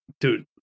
Dude